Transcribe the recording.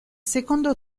secondo